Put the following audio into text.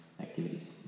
activities